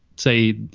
say,